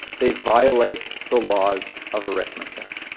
they violate the laws of arithmetic.